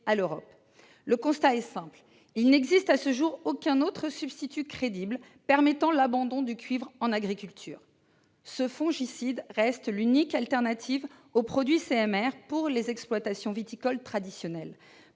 à l'Europe ? Le constat est simple : il n'existe à ce jour aucun autre substitut crédible permettant l'abandon du cuivre en agriculture. Ce fongicide reste l'unique solution de substitution aux produits CMR pour les exploitations viticoles traditionnelles.